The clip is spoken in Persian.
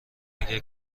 اگر